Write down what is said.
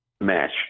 match